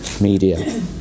media